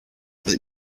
that